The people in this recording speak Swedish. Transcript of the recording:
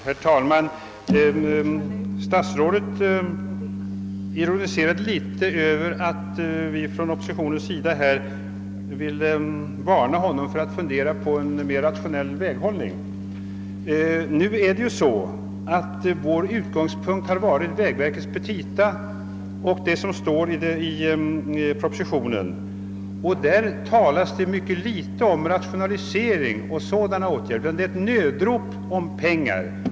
Herr talman! Statsrådet ironiserade litet över att oppositionen uppmanat honom att fundera på en mer rationell väghållning. Vår utgångspunkt har varit vägverkets petita och vad som står i propositionen. Där talas mycket litet om rationalisering. I stället är det ett nödrop om pengar.